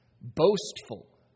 boastful